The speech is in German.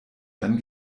dann